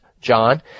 John